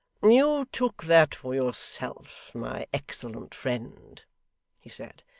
you took that for yourself my excellent friend he said,